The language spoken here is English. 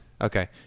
Okay